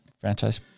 franchise